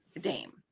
Dame